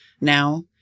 now